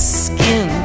skin